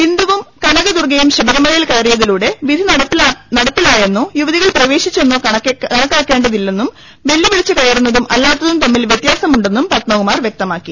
ബിന്ദൂവും കനക ദുർഗയും ശബരിമലയിൽ കയറിയതിലൂടെ വിധി നടപ്പിലായെന്നോ യുവതികൾ പ്രവേശിച്ചെന്നോ കണക്കാക്കേണ്ടെന്നും വെല്ലുവിളിച്ച് കയറുന്നതും അല്ലാത്തിരുത്ത്മിൽ വ്യത്യാസമുണ്ടെന്നും പത്മകുമാർ വ്യക്തമാക്കി